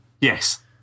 Yes